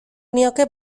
nioke